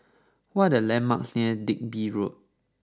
what are the landmarks near Digby Road